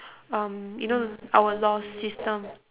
um you know our laws system